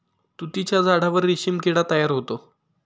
तुतीच्या झाडावर रेशीम किडा तयार होतो